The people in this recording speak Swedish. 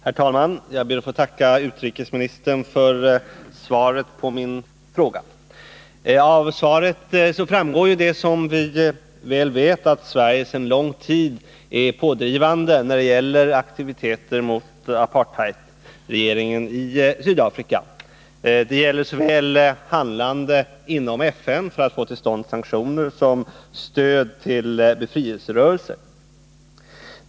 Herr talman! Jag ber att få tacka utrikesministern för svaret på min interpellation. Av svaret framgår det att — som vi väl vet — Sverige sedan lång tid är pådrivande när det gäller aktiviteter mot apartheidregimen i Sydafrika — det gäller såväl handlande inom FN för att få till stånd sanktioner som stöd till befrielserörelser.